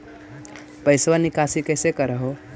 पैसवा निकासी कैसे कर हो?